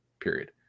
period